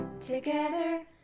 together